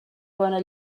bona